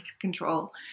control